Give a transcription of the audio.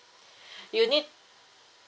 you need